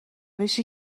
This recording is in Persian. روشی